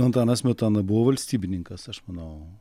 antanas smetona buvo valstybininkas aš manau